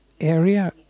area